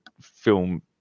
film